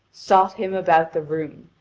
sought him about the room,